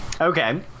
Okay